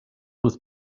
with